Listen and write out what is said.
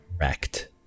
wrecked